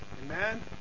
Amen